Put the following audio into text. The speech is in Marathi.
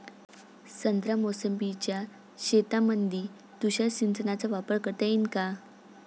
संत्रा मोसंबीच्या शेतामंदी तुषार सिंचनचा वापर करता येईन का?